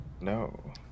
No